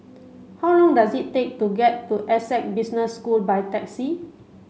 how long does it take to get to Essec Business School by taxi